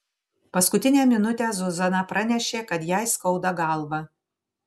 paskutinę minutę zuzana pranešė kad jai skauda galvą